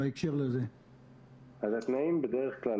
קודם כול,